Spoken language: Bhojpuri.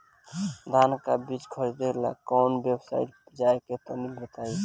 धान का बीज खरीदे ला काउन वेबसाइट पर जाए के होई तनि बताई?